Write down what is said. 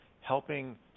helping